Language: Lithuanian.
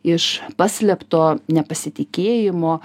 iš paslėpto nepasitikėjimo